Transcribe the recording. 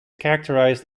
characterized